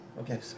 Okay